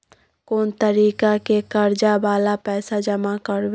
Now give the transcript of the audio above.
कोन तारीख के कर्जा वाला पैसा जमा करबे?